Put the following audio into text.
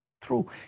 True